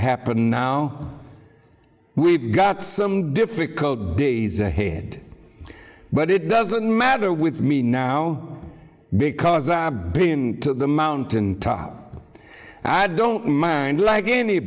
happen now we've got some difficult days ahead but it doesn't matter with me now because i've been to the mountaintop i don't mind like any